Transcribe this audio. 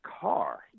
car